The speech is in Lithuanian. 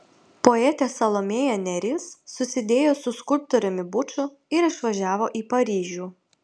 poetė salomėja nėris susidėjo su skulptoriumi buču ir išvažiavo į paryžių